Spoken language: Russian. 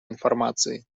информации